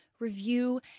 review